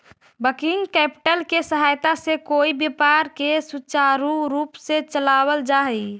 working capital के सहायता से कोई व्यापार के सुचारू रूप से चलावल जा हई